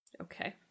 Okay